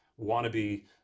wannabe